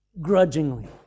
grudgingly